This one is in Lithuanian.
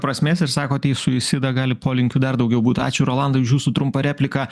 prasmės ir sakot tai į suisidą gali polinkių dar daugiau būt ačiū rolandai už jūsų trumpą repliką